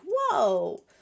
whoa